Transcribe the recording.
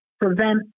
prevent